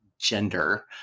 gender